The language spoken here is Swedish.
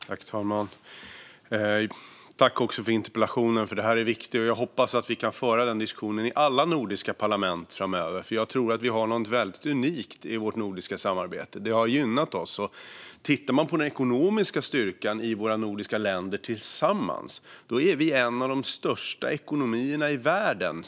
Herr talman! Jag tackar för interpellationen, för detta är viktigt. Jag hoppas att vi kan föra den här diskussionen i alla nordiska parlament framöver. Jag tror att vi har något väldigt unikt i vårt nordiska samarbete. Det har gynnat oss. Sett till den ekonomiska styrkan i våra nordiska länder tillsammans är vi en av de största ekonomierna i världen.